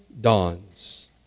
dawns